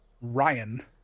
Ryan